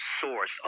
source